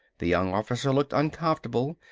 the young officer looked uncomfortable,